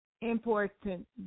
important